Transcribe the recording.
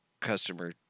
customer